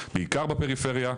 בעיקר בפריפריה,